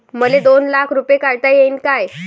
मले दोन लाख रूपे काढता येईन काय?